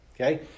Okay